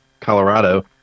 Colorado